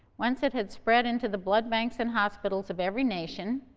once it had spread into the blood banks and hospitals of every nation,